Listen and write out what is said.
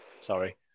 Sorry